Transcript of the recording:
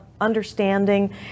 understanding